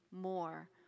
more